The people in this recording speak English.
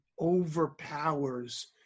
overpowers